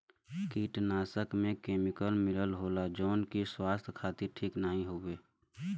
कीटनाशक में केमिकल मिलल होला जौन की स्वास्थ्य खातिर ठीक नाहीं हउवे